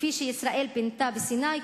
כפי שישראל פינתה בסיני,